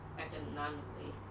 economically